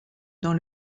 dans